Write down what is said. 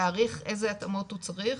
להעריך איזה התאמות הוא צריך,